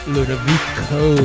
Ludovico